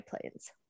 planes